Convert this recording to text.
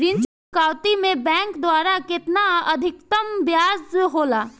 ऋण चुकौती में बैंक द्वारा केतना अधीक्तम ब्याज होला?